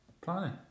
planning